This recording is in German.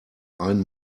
einen